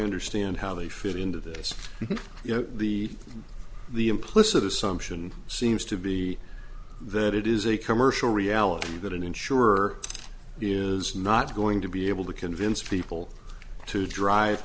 understand how they fit into this you know the the implicit assumption seems to be that it is a commercial reality that an insurer is not going to be able to convince people to drive